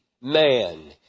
man